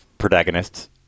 protagonists